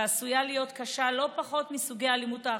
ועשויה להיות קשה לא פחות מסוגי האלימות האחרים,